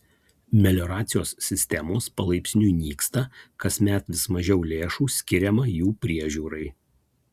melioracijos sistemos palaipsniui nyksta kasmet vis mažiau lėšų skiriama jų priežiūrai